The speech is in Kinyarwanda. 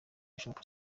bishop